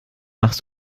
machst